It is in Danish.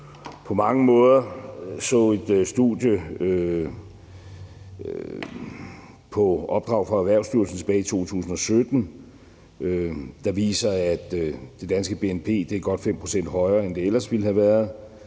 på mange måder. Jeg så et studie på opdrag fra Erhvervsstyrelsen tilbage i 2017, der viser, at det danske bnp er godt 5 pct. højere, end det ellers ville have været;